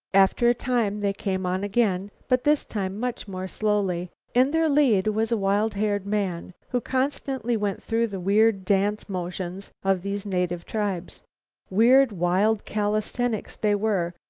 after a time they came on again, but this time much more slowly. in their lead was a wild-haired man, who constantly went through the weird dance motions of these native tribes weird, wild calisthenics they were,